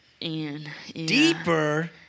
Deeper